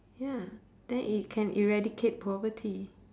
ya then it can eradicate poverty